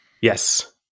Yes